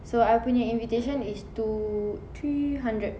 so I punya invitation is two three hundred